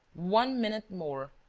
one minute more!